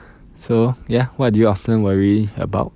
so ya what do you often worry about